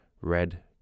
red